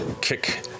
kick